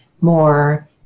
more